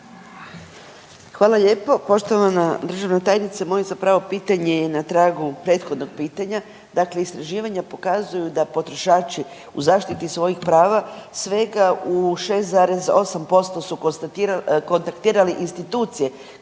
Hvala lijepo. Poštovana državna tajnice, moje zapravo pitanje je na tragu prethodnog pitanja. Dakle istraživanja pokazuju da potrošači u zaštiti svojih prava svega u 6,8% su kontaktirali institucije